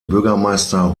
bürgermeister